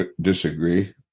disagree